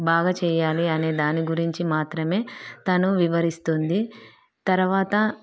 బాగా చేయాలి అనే దాని గురించి మాత్రమే తను వివరిస్తుంది తర్వాత